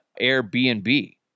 Airbnb